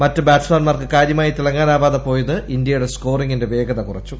മറ്റ് ബാറ്റ്സ്മാർക്ക് കാര്യമായി തിളങ്ങാനാവാതെ പോയത് ഇന്ത്യയുടെ സ്കോറിങ്ങിന്റെ വേഗത കുറച്ചു